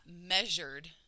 measured